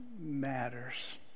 matters